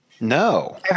no